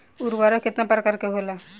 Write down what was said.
उर्वरक केतना प्रकार के होला?